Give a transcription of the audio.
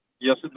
Yes